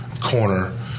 corner